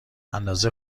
اندازه